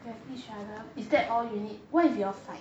you have each other is that all you need what if you all fight